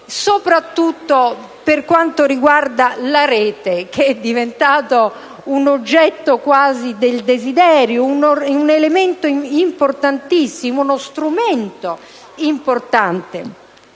soprattutto per quanto riguarda la Rete, che è diventata un oggetto quasi del desiderio, un elemento importantissimo, uno strumento importante.